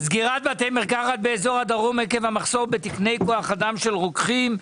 סגירת בתי מרקחת באזור הדרום עקב המחסור בתקני כוח אדם של רוקחים,